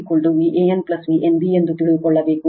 ಎಂದು ತಿಳಿದುಕೊಳ್ಳಬೇಕು